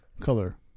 color